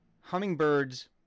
hummingbirds